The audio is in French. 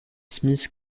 smith